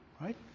Right